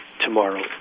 tomorrow